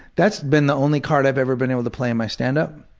that's been the only card i've ever been able to play in my standup,